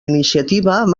iniciativa